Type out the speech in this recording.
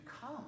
come